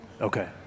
Okay